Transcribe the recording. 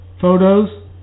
photos